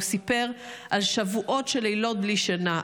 הוא סיפר על שבועות של לילות בלי שינה,